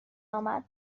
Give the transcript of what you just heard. امدبه